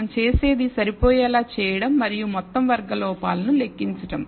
మనం చేసేది సరిపోయేలా చేయడం మరియు మొత్తం వర్గ లోపాలను లెక్కించడం